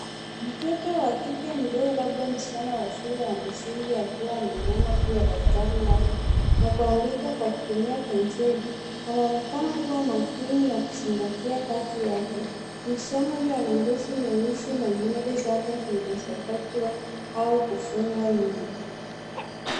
Mtoto wa kike mdogo labda msichana wa shule ya msingi akiwa ameinama juu ya daftari lake na kuandika kwa kutumia penseli. Anaonekana kuwa makini na kuzingatia kazi yake. Msichana huyo ana ngozi nyeusi na nywele zake zimesokotwa au kufungwa nyuma.